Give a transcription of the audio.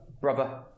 brother